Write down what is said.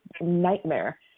nightmare